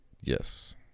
Yes